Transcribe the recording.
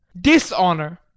Dishonor